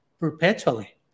Perpetually